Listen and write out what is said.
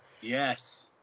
Yes